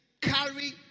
carry